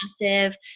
massive